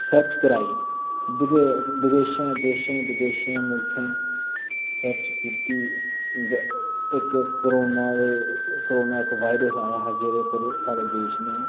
search कराई विदे विदेशें देशें विदेशें मुल्खैं सर्च कीत्ति वे इक कोरोना दे कोरोना इक वायरस आया हा जेह्दे उप्पर साढ़े देश नै